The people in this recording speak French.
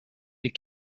des